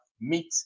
meet